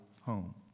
home